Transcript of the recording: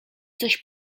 coś